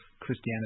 Christianity